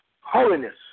Holiness